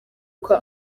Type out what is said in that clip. kwa